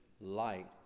Light